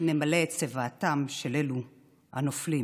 נמלא את צוואתם של אלו הנופלים.